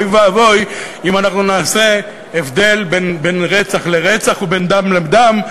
אוי ואבוי אם אנחנו נעשה הבדל בין רצח לרצח ובין דם לדם.